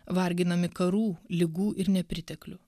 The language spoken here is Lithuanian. varginami karų ligų ir nepriteklių